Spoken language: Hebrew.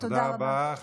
תודה רבה.